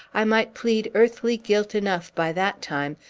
i might plead earthly guilt enough, by that time,